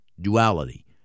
duality